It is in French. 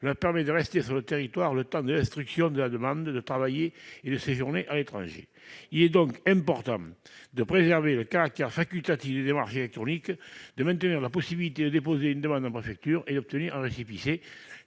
leur permet de rester sur le territoire le temps de l'instruction de la demande, de travailler et de séjourner à l'étranger. Il est donc important de préserver le caractère facultatif des démarches électroniques et de maintenir la possibilité de déposer une demande en préfecture et d'obtenir un récépissé.